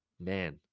man